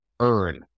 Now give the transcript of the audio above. Earn